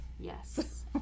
Yes